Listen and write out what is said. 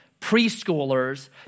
preschoolers